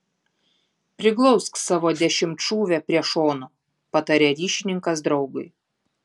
priglausk savo dešimtšūvę prie šono pataria ryšininkas draugui